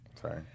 Sorry